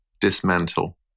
dismantle